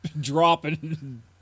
dropping